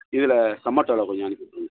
இதில் சொமேட்டோவில் கொஞ்சம் அனுப்பி விட்டுருங்க சார்